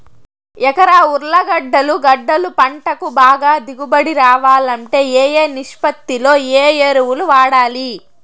ఎకరా ఉర్లగడ్డలు గడ్డలు పంటకు బాగా దిగుబడి రావాలంటే ఏ ఏ నిష్పత్తిలో ఏ ఎరువులు వాడాలి?